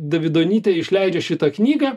davidonytė išleidžia šitą knygą